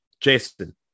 Jason